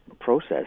process